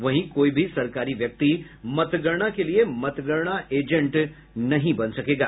वहीं कोई भी सरकारी व्यक्ति मतगणना के लिए मतगणना एजेंट नहीं बन सकेगा